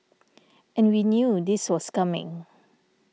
and we knew this was coming